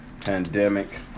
pandemic